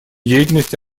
деятельности